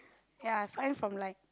ya I find from like